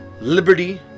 liberty